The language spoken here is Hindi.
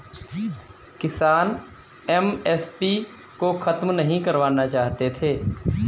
किसान एम.एस.पी को खत्म नहीं करवाना चाहते थे